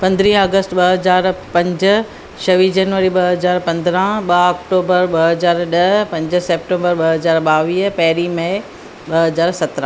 पंद्रहीं अगस्त ॿ हज़ार पंज छवीह जनवरी ॿ हज़ार पंद्राहं ॿ आक्टूबर ॿ हज़ार ॾह पंज सेप्तेंबर ॿ हज़ार ॿावीह पहिरीं मे ॿ हज़ार सत्राहं